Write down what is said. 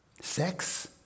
sex